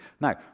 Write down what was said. now